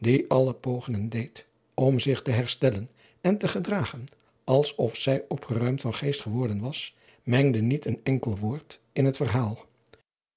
alle pogingen deed om zich te herstellen en te gedragen als of zij opgeruimd van geest geworden was mengde niet een enkel woord in het verhaal